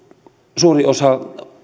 suuri osa